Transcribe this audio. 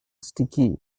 sticky